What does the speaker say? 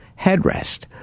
headrest